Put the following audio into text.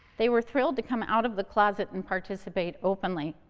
they were thrilled to come out of the closet and participate openly.